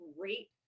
great